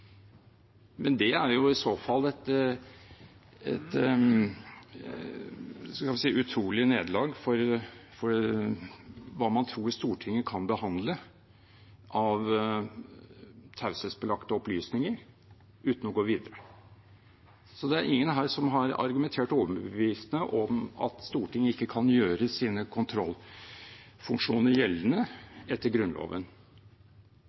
Det er i så fall et utrolig nederlag for hva man tror Stortinget kan behandle av taushetsbelagte opplysninger uten å gå videre. Det er ingen her som har argumentert overbevisende for at Stortinget ikke kan gjøre sine kontrollfunksjoner